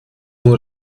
nur